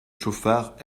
chauffards